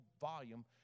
volume